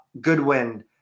Goodwin